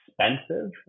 expensive